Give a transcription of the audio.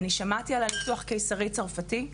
שמעתי על הניתוח הקיסרי צרפתי.